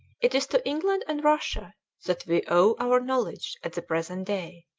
it is to england and russia that we owe our knowledge at the present day.